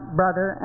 brother